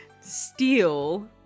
Steal